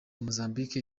mozambique